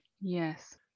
Yes